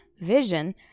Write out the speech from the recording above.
vision